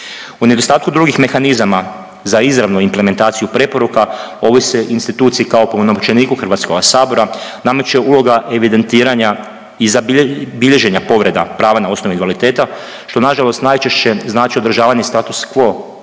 U nedostatku drugih mehanizama za izravnu implementaciju preporuka, ovoj se instituciji kao opunomoćeniku Hrvatskoga sabora, nameće uloga evidentiranja i bilježenja povreda prava na osnovu invaliditeta, što na žalost najčešće znači održavanje status quo